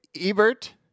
Ebert